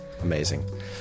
amazing